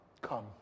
Come